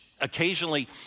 Occasionally